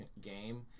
game